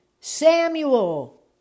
Samuel